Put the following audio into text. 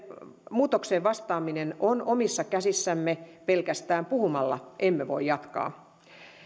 muutokseen vastaaminen on omissa käsissämme pelkästään puhumalla emme voi jatkaa